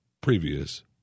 previous